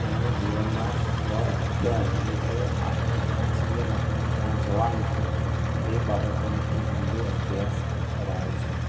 તેમણે જીવનમાં સ્વ અધ્યયન એટલે કે આપણે ક્યાં છીએ અને આપણે ક્યાં જવાનું છે તે બાબતોનો ખૂબ ઊંડો અભ્યાસ કરાવે છે